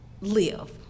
live